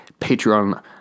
Patreon